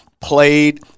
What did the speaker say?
played